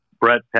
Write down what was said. Brett